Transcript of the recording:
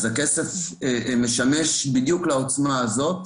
הכסף משמש בדיוק לעוצמה הזאת.